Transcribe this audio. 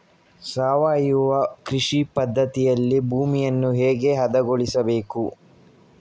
ಸಾವಯವ ಕೃಷಿ ಪದ್ಧತಿಯಲ್ಲಿ ಭೂಮಿಯನ್ನು ಹೇಗೆ ಹದಗೊಳಿಸಬೇಕು?